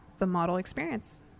themodelexperience